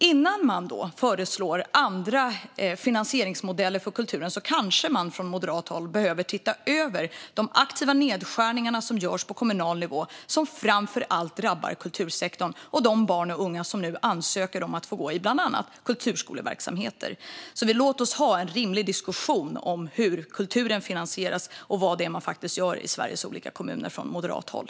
Innan man föreslår andra finansieringsmodeller för kulturen kanske man från moderat håll behöver titta över de aktiva nedskärningarna som görs på kommunal nivå och som framför allt drabbar kultursektorn och de barn och unga som nu ansöker om att få gå i bland annat kulturskoleverksamheter. Låt oss därför ha en rimlig diskussion om hur kulturen finansieras och vad det är som man faktiskt gör i Sveriges olika kommuner från moderat håll.